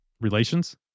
Relations